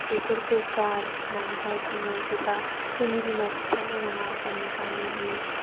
बेफोरखौ गार होननानैहाय बुङो जेब्ला जोंनि बिमा बिफाल' नङा जोंनि गामिनि